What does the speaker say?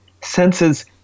senses